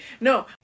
no